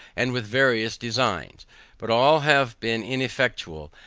and with various designs but all have been ineffectual,